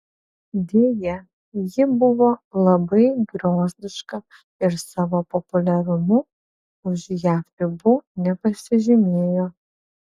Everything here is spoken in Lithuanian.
deja ji buvo labai griozdiška ir savo populiarumu už jav ribų nepasižymėjo